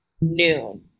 noon